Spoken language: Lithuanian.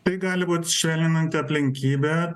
tai gali būt švelninanti aplinkybė